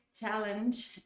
challenge